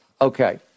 Okay